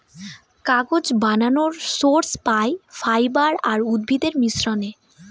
কাগজ বানানর সোর্স পাই ফাইবার আর উদ্ভিদের মিশ্রনে